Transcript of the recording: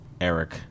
Eric